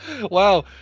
Wow